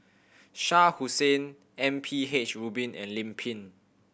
Shah Hussain M P H Rubin and Lim Pin